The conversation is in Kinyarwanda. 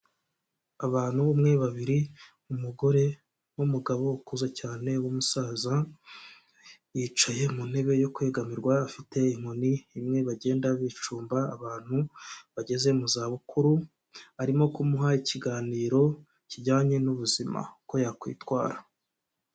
Abantu, umwe, babiri, umugore n'umugabo ukuze cyane w'umusaza yicaye mu ntebe yo kwegamirwa afite inkoni imwe bagenda bicumba, abantu bageze mu za bukuru arimo kumuha ikiganiro kijyanye n'ubuzima uko yakwitwara.